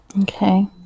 Okay